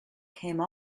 came